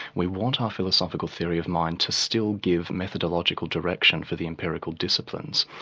we want our philosophical theory of mind to still give methodological direction for the empirical disciplines,